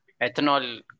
ethanol